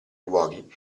luoghi